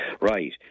Right